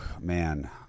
man